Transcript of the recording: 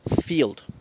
field